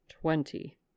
twenty